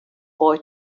boy